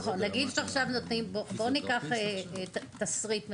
יהודה, בוא ניקח תסריט מסוים,